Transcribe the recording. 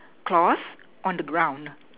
cloth on the ground